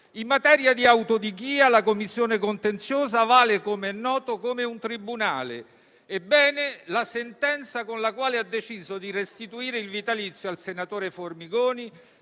In materia di autodichia la Commissione contenziosa vale, come è noto, come un tribunale. Ebbene, la sentenza con la quale ha deciso di restituire il vitalizio al senatore Formigoni